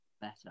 better